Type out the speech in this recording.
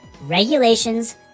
regulations